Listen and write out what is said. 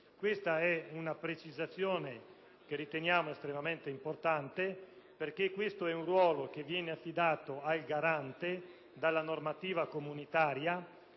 Questa è una precisazione che riteniamo estremamente importante, perché questo è un ruolo affidato al Garante dalla normativa comunitaria: